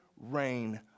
rain